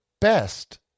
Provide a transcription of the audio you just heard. best